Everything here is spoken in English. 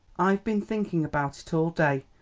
i've been thinking about it all day,